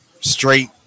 straight